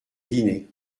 dîner